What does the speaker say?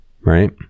right